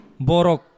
Borok